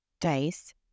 Dice